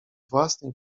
własnej